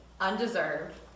undeserved